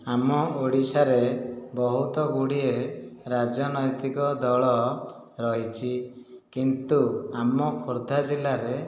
ଆମ ଓଡ଼ିଶାରେ ବହୁତଗୁଡ଼ିଏ ରାଜନୈତିକ ଦଳ ରହିଛି କିନ୍ତୁ ଆମ ଖୋର୍ଦ୍ଧା ଜିଲ୍ଲାରେ